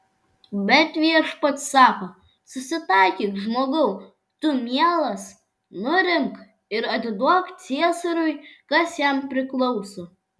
bet viešpats sako susitaikyk žmogau tu mielas nurimk ir atiduok ciesoriui kas jam priklauso